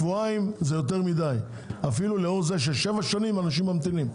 זה יותר מדי, לאור זה ששבע שנים אנשים ממתינים.